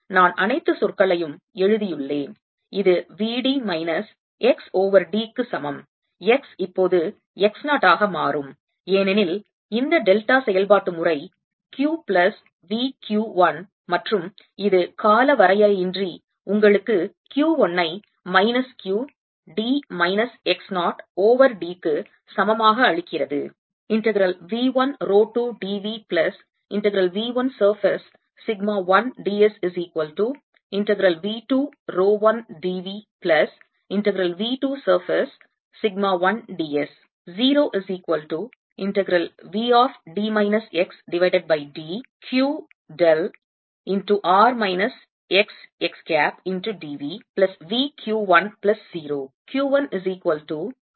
எனவே நான் அனைத்து சொற்களையும் எழுதியுள்ளேன் இது V d minus x over d க்கு சமம் x இப்போது x 0 ஆக மாறும் ஏனெனில் இந்த டெல்டா செயல்பாடு முறை Q பிளஸ் V Q 1 மற்றும் இது காலவரையின்றி உங்களுக்கு Q 1 ஐ minus Q d minus x 0 over d க்கு சமமாக அளிக்கிறது